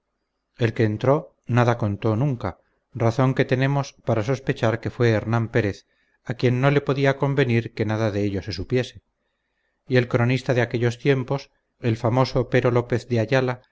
el que entró nada contó nunca razón que tenemos para sospechar que fue hernán pérez a quien no le podía convenir que nada de ello se supiese y el cronista de aquellos tiempos el famoso pero lópez de ayala